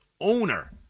owner